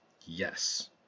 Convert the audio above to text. Yes